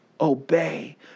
obey